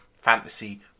fantasy